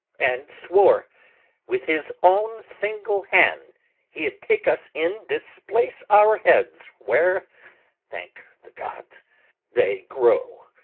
and swore with his own single hand he'd take us in, displace our heads where thank the gods they grow,